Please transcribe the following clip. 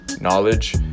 Knowledge